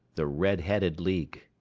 the red-headed league